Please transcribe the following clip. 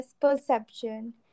Perception